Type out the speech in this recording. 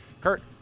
Kurt